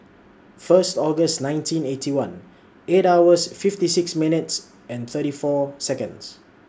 First August nineteen Eighty One eight hours fifty six minutes and thirty four Seconds